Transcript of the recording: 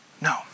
No